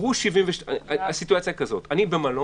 אני במלון,